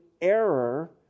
error